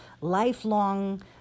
lifelong